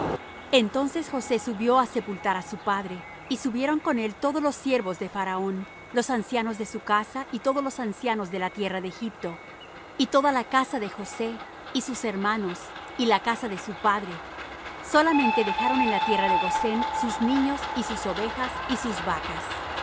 entonces josé subió á sepultar á su padre y subieron con él todos los siervos de faraón los ancianos de su casa y todos los ancianos de la tierra de egipto y toda la casa de josé y sus hermanos y la casa de su padre solamente dejaron en la tierra de gosén sus niños y sus ovejas y sus vacas